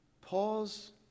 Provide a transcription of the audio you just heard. Pause